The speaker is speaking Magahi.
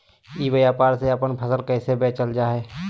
ई व्यापार से अपन फसल कैसे बेचल जा हाय?